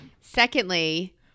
Secondly